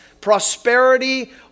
prosperity